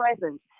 presence